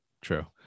true